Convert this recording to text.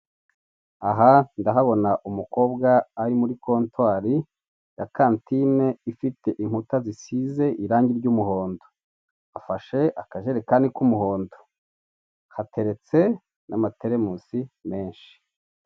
Aha ndahabona umukobwa ari muri kontwari ya kantine ifite inkuta zisize irangi ry'umuhondo afashe akajerekani k'umuhondo hateretse n'amateremunsi menshi.